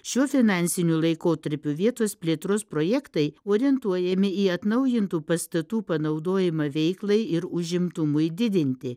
šiuo finansiniu laikotarpiu vietos plėtros projektai orientuojami į atnaujintų pastatų panaudojimą veiklai ir užimtumui didinti